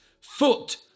foot